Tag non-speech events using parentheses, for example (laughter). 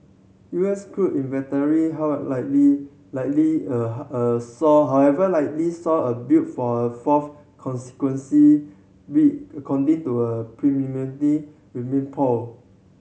U S crude inventory however likely likely (hesitation) saw however likely saw a build for fourth consequence week according to a (unintelligible) remain poll